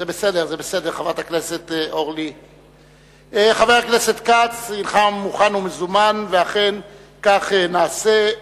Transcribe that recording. חבר הכנסת כץ, הינך מוכן ומזומן, ואכן כך נעשה.